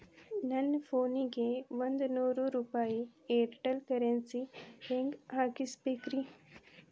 ನನ್ನ ಫೋನಿಗೆ ಒಂದ್ ನೂರು ರೂಪಾಯಿ ಏರ್ಟೆಲ್ ಕರೆನ್ಸಿ ಹೆಂಗ್ ಹಾಕಿಸ್ಬೇಕ್ರಿ?